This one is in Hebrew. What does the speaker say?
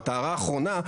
ההערה האחרונה,